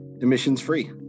emissions-free